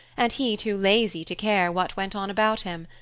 and he too lazy to care what went on about him.